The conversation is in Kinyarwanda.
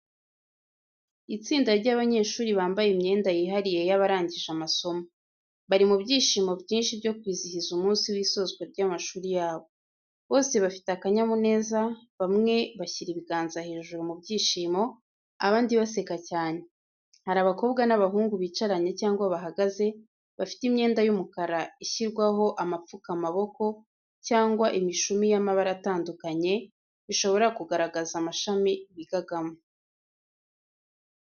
Itsinda ry’abanyeshuri bambaye imyenda yihariye y’abarangije amasomo, bari mu byishimo byinshi byo kwizihiza umunsi w’isozwa ry’amashuri yabo. Bose bafite akanyamuneza, bamwe bashyira ibiganza hejuru mu byishimo, abandi baseka cyane. Hari abakobwa n’abahungu bicaranye cyangwa bahagaze, bafite imyenda ya black ishyirwaho amapfukamaboko cyangwa imishumi y’amabara atandukanye, bishobora kugaragaza amashami bigagamo.